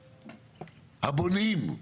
הבונים,